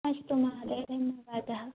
अस्तु महोदय धन्यवादः